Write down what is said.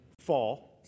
fall